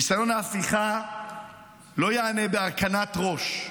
ניסיון ההפיכה לא ייענה בהרכנת ראש.